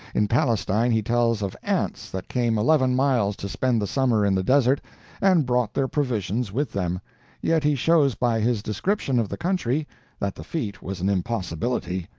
in palestine he tells of ants that came eleven miles to spend the summer in the desert and brought their provisions with them yet he shows by his description of the country that the feat was an impossibility.